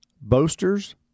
boasters